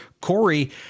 Corey